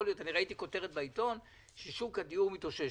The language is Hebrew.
ראיתי כותרת בעיתון ששוק הדיור מתאושש.